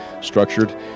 structured